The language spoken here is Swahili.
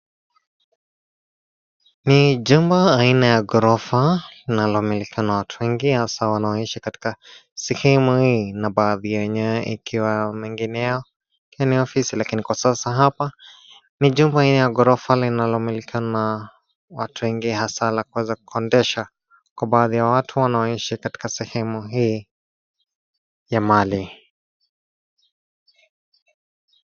Ni jumba aina ya ghorofa linalomilikiwa na watu wengi hasaa wanaoishi katika sehemu hii na baadhi yenyewe ikiwa au mengineyo ni ofisi, lakini kwa sasa hapa, ni jumba la ghorofa linalomilikiwa na watu wengi hasaa la kuweza kukodisha, kwa baadhi ya watu wanaoishi katika sehemu hii ya mali.